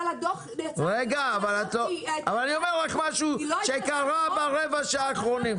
אבל אני אומר לך משהו שקרה ברבע השעה האחרונה,